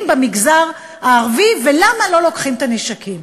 במגזר הערבי ולמה לא לוקחים את הנשקים.